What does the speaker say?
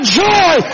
joy